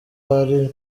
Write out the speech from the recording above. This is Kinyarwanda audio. hari